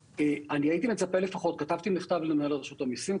הייתי מצפה לפחות וכתבתי מכתב למנהל רשות המיסים,